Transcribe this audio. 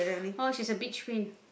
oh she's a beach queen